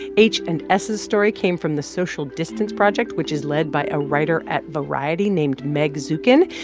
h and s's story came from the social distance project, which is led by a writer at variety named meg zukin.